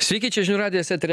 sveiki čia žinių radijas etery